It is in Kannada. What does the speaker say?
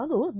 ಹಾಗೂ ವಿ